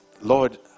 Lord